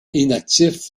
inactif